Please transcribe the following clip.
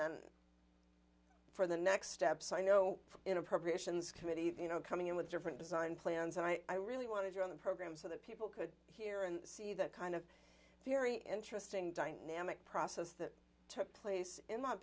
then for the next steps i know in appropriations committee you know coming in with different design plans and i really wanted to run the program so that people could hear and see that kind of very interesting dynamic process that took place in